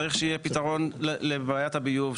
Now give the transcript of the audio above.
צריך שיהיה פתרון לבעיית הביוב.